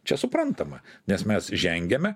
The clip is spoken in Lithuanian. čia suprantama nes mes žengiame